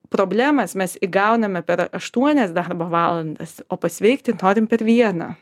problemas mes įgauname per aštuonias darbo valandas o pasveikti norim per vieną